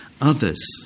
others